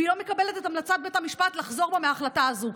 והיא לא מקבלת את המלצת בית המשפט לחזור בה מההחלטה הזו.